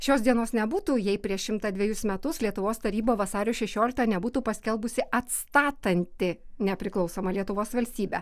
šios dienos nebūtų jei prieš šimtą dvejus metus lietuvos taryba vasario šešioliktą nebūtų paskelbusi atstatanti nepriklausomą lietuvos valstybę